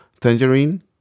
tangerine